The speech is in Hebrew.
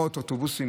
מאות אוטובוסים,